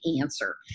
answer